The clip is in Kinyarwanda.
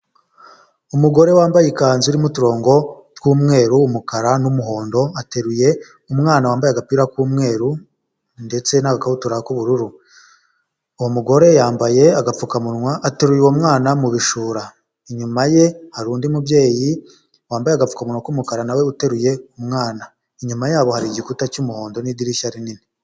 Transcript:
Umugore wambaye ikanzu irimo uturongo, tw'umweru, umukara, n'umuhondo, ateruye umwana wambaye agapira k'umweru, ndetse n'agakabutura k'ubururu, uwo mugore yambaye agapfukamunwa ateruye uwo mwana, mu bishura, inyuma ye hari undi mubyeyi, wambaye agapfukamuwa k'umukara nawe uteruye umwana, inyuma yabo hari igikuta cy'umuhondo'idirishya rinini.